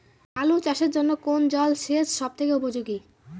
আলু চাষের জন্য কোন জল সেচ সব থেকে উপযোগী?